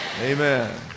amen